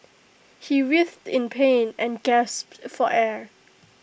he writhed in pain and gasped for air